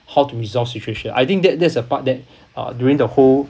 how to resolve situation I think that that is the part that uh during the whole